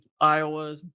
Iowa